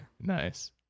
Nice